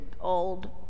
old